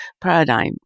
paradigm